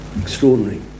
extraordinary